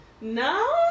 No